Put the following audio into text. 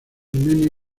armenio